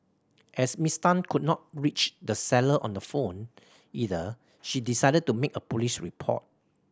as Miss Tan could not reach the seller on the phone either she decided to make a police report